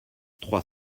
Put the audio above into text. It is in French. trois